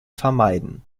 vermeiden